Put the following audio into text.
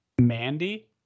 Mandy